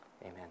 Amen